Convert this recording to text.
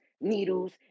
needles